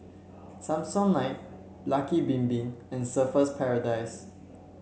Samsonite Lucky Bin Bin and Surfer's Paradise